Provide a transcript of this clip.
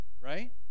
Right